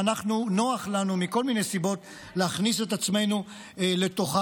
שנוח לנו מכל מיני סיבות להכניס את עצמנו לתוכן.